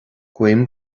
guím